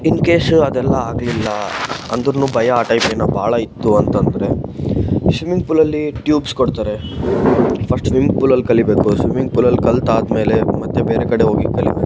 ಇನ್ಕೇಶು ಅದೆಲ್ಲ ಆಗಲಿಲ್ಲ ಅಂದರೂ ಭಯ ಆ ಟೈಪ್ ಏನೋ ಭಾಳ ಇತ್ತು ಅಂತ ಅಂದ್ರೆ ಶ್ವಿಮ್ಮಿಂಗ್ ಪೂಲಲ್ಲಿ ಟ್ಯೂಬ್ಸ್ ಕೊಡ್ತಾರೆ ಫಸ್ಟ್ ಸ್ವಿಮ್ಮಿಂಗ್ ಪೂಲಲ್ಲಿ ಕಲಿಬೇಕು ಸ್ವಿಮ್ಮಿಂಗ್ ಪೂಲಲ್ಲಿ ಕಲ್ತು ಆದಮೇಲೆ ಮತ್ತೆ ಬೇರೆ ಕಡೆ ಹೋಗಿ ಕಲಿಬೇಕು